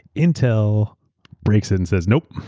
intel breaks it and says, nope.